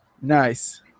Nice